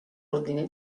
ordine